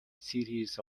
cities